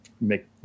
make